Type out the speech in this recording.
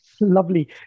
Lovely